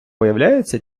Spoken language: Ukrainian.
виявляється